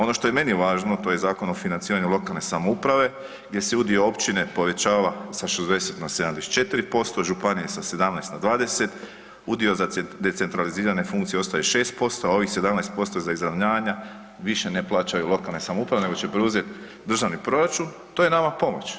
Ono što je meni važno a to je Zakon o financiranju lokalne samouprave gdje se udio općine povećava sa 60 na 74%, županije sa 17 na 20, udio za decentralizirane funkcije ostaje 6%, a ovih 17% za izravnanja, više ne plaćaju lokalne samouprave nego će preuzeti državni proračun, to je nama pomoć.